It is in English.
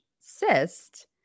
cyst